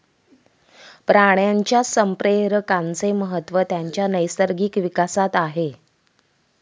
प्राण्यांच्या संप्रेरकांचे महत्त्व त्यांच्या नैसर्गिक विकासात आहे